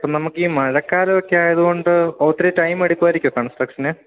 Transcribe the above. ഇപ്പോള് നമുക്കീ മഴക്കാലമൊക്കെ ആയതുകൊണ്ട് ഒത്തിരി ടൈം എടുക്കുമായിരിക്കുമോ കൺസ്ട്രക്ഷന്